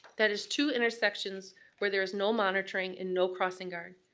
that is two intersections where there is no monitoring and no crossing guard.